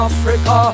Africa